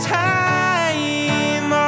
time